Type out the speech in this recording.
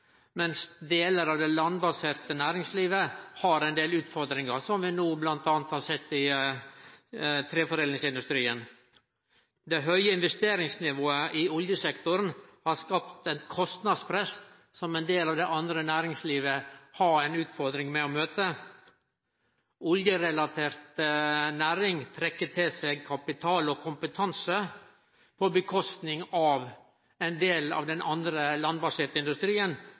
mens delar av det landbaserte næringslivet har ein del utfordringar, slik som vi har sett bl.a. i treforedlingsindustrien. Det høge investeringsnivået i oljesektoren har skapt eit kostnadspress som for delar av det andre næringslivet er utfordrande å møte. Den oljerelaterte næringa trekkjer til seg kapital og kompetanse, og det får følgjer for ein del av den andre,